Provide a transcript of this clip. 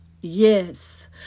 Yes